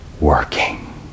working